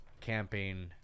camping